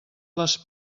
les